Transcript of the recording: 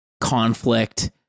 conflict